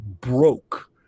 broke